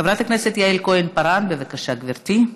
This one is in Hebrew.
חברת הכנסת יעל כהן-פארן, בבקשה, גברתי.